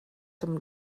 dem